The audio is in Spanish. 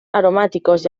aromáticos